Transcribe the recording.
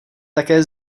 také